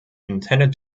intended